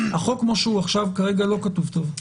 הצעת החוק כפי שהיא כרגע כתובה לא טוב.